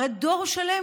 הרי כבר דור שלם,